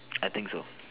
I think so